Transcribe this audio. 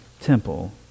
temple